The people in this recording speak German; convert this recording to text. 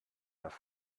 das